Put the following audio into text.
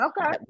okay